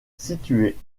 située